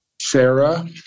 Sarah